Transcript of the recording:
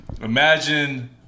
Imagine